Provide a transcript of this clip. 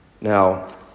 Now